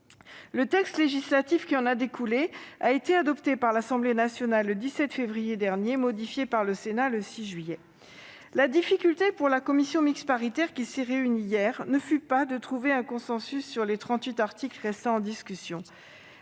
Le texte législatif qui en a découlé a été adopté par l'Assemblée nationale le 17 février dernier, puis modifié par le Sénat le 6 juillet. La difficulté, pour la commission mixte paritaire qui s'est réunie hier, ne fut pas de trouver un consensus sur les trente-huit articles restant en discussion.